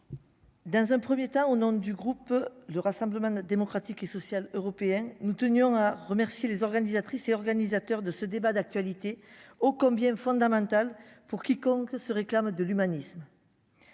Dans un 1er temps au nom du groupe du Rassemblement démocratique et social européen, nous tenions à remercier les organisatrices et organisateurs de ce débat d'actualité oh combien fondamental pour quiconque se réclame de l'humanisme.